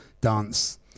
dance